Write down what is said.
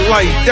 Light